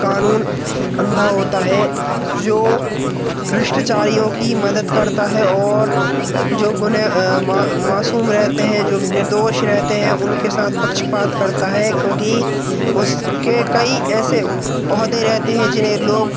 कानून अँधा होता है जो भ्रष्टाचारियों की मदद करता है और जो गुने मा मासूम रहते हैं जो निर्दोष रहते हैं उनके साथ पक्षपात करता है क्योंकि उसके कई ऐसे ओहदे रहते हैं जिन्हें लोग